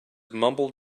mumbled